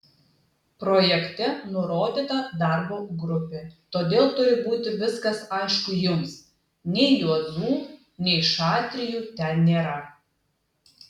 projekte nurodyta darbo grupė todėl turi būti viskas aišku jums nei juozų nei šatrijų ten nėra